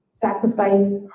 sacrifice